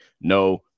no